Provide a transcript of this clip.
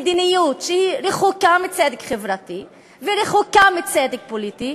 מדיניות שהיא רחוקה מצדק חברתי ורחוקה מצדק פוליטי,